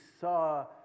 saw